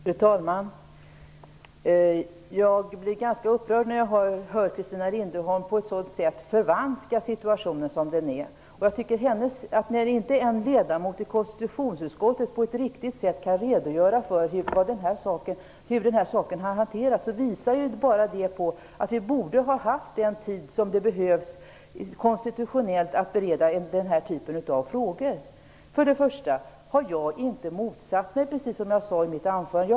Fru talman! Jag blir ganska upprörd när jag hör Christina Linderholm på ett sådant sätt förvanska situationen. När inte en ledamot i konstitutionsutskottet på ett riktigt sätt kan redogöra för hur denna sak har hanterats, visar det på att vi borde ha haft den tid som behövs enligt konstitutionen för att bereda denna typ av frågor. För det första har jag inte motsatt mig en kriminalisering av innehav.